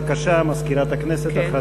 בבקשה, מזכירת הכנסת, הכרזה.